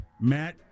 Matt